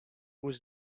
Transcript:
was